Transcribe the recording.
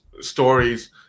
stories